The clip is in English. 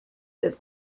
that